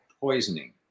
poisoning